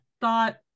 thought